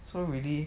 so really